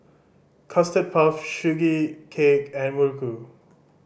Custard Puff Sugee Cake and muruku